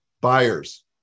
buyers